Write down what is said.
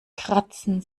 kratzen